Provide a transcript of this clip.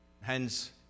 Hence